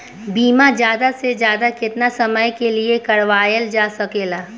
बीमा ज्यादा से ज्यादा केतना समय के लिए करवायल जा सकेला?